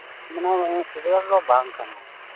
ᱢᱚᱱᱮ ᱦᱚᱭ ᱯᱷᱩᱨᱜᱟᱹ ᱦᱚᱸ ᱵᱟᱝ ᱠᱟᱱᱟᱭ